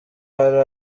hari